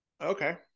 Okay